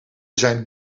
zijn